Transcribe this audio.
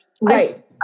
Right